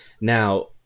Now